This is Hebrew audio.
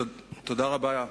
תודה רבה.